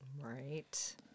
Right